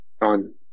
on